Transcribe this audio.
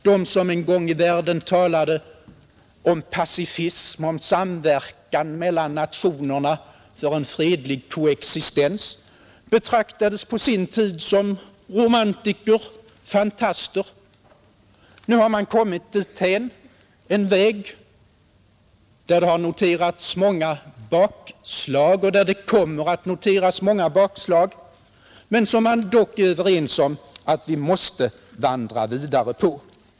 De som en gång i världen talade om pacifism, om en samverkan mellan nationerna för en fredlig koexistens, betraktades på sin tid som romantiker, fantaster. Nu har man kommit en bit på en väg där det visserligen har noterats många bakslag och där det också framdeles kommer att noteras många bakslag men som man dock är överens om att vi måste vandra vidare på.